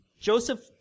Joseph